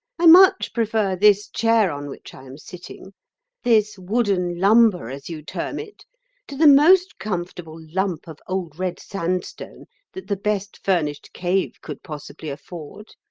i much prefer this chair on which i am sitting this wooden lumber as you term it to the most comfortable lump of old red sandstone that the best furnished cave could possibly afford